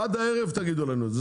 עד הער תגידו לנו את זה,